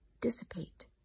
dissipate